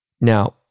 Now